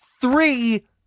three